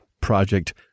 Project